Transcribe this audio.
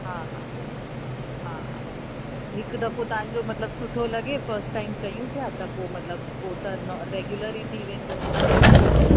हा हा हा हा हिकु दफ़ो तव्हांजो मतलबु सुठो लॻे फ़स्ट टाइम कयूं पिया त पोइ मतलबु पोइ त नॉ रेगुलर ई थी वेंदो